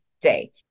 day